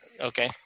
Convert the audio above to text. Okay